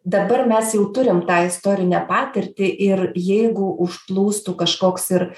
dabar mes jau turim tą istorinę patirtį ir jeigu užplūstų kažkoks ir